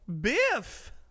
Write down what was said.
Biff